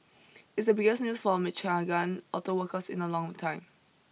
it's the biggest news for Michigan auto workers in a long time